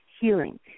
healing